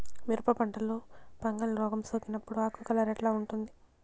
మిరప పంటలో ఫంగల్ రోగం సోకినప్పుడు ఆకు కలర్ ఎట్లా ఉంటుంది?